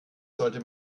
sollte